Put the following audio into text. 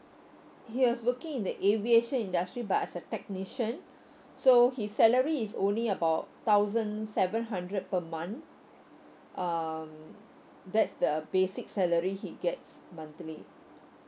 he has working in the aviation industry but as a technician so his salary is only about thousand seven hundred per month um that's the basic salary he gets monthly